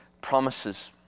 promises